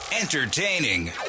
entertaining